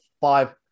five